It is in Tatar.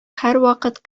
һәрвакыт